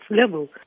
level